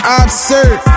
absurd